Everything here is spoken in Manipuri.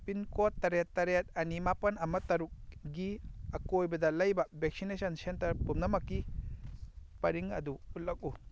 ꯄꯤꯟꯀꯣꯗ ꯇꯔꯦꯠ ꯇꯔꯦꯠ ꯑꯅꯤ ꯃꯥꯄꯜ ꯑꯃ ꯇꯔꯨꯛꯀꯤ ꯑꯀꯣꯏꯕꯗ ꯂꯩꯕ ꯚꯦꯛꯁꯤꯅꯦꯁꯟ ꯁꯦꯟꯇꯔ ꯄꯨꯝꯅꯃꯛꯀꯤ ꯄꯔꯤꯡ ꯑꯗꯨ ꯎꯠꯂꯛꯎ